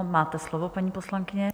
Máte slovo, paní poslankyně.